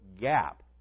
gap